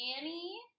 Annie